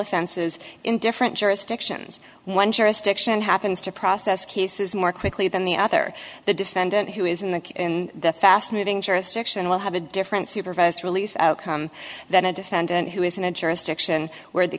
offenses in different jurisdictions one jurisdiction happens to process cases more quickly than the other the defendant who is in the in the fast moving jurisdiction will have a different supervised release outcome than a defendant who is in a jurisdiction where the